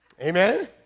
Amen